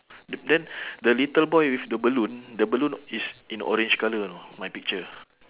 the then the little boy with the balloon the balloon is in orange colour you know my picture